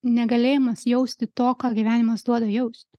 negalėjimas jausti to ką gyvenimas duoda jaust